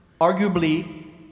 arguably